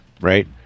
Right